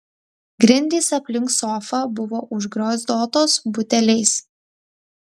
grindys aplink sofą buvo užgriozdotos buteliais